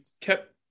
kept